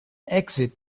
exited